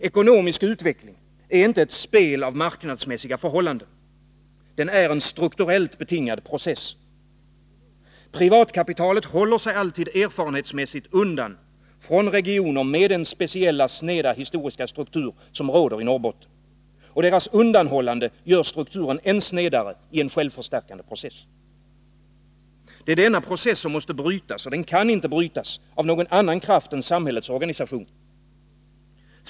Ekonomisk utveckling är inte ett spel av marknadsmässiga förhållanden, den är en strukturellt betingad process. Privatkapitalet håller sig alltid erfarenhetsmässigt undan från regioner med den speciella, sneda, historiska struktur som råder i Norrbotten, och dess undanhållande gör strukturen än snedare i en självförstärkande process. Det är denna process som måste brytas, och den kan inte brytas av någon annan kraft än samhällets organisation.